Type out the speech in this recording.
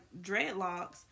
dreadlocks